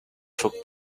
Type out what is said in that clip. took